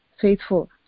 faithful